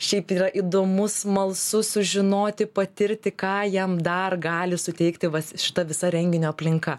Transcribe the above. šiaip yra įdomu smalsu sužinoti patirti ką jam dar gali suteikti va šita visa renginio aplinka